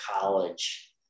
college